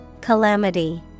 Calamity